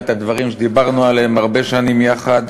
את הדברים שדיברנו עליהם הרבה שנים יחד.